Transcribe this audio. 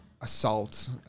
assault